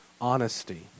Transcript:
honesty